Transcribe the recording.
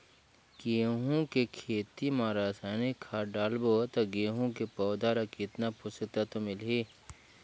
गंहू के खेती मां रसायनिक खाद डालबो ता गंहू के पौधा ला कितन पोषक तत्व मिलही?